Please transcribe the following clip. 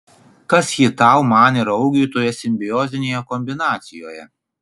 kas ji tau man ir augiui toje simbiozinėje kombinacijoje